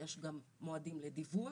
יש גם מועדים לדיווח,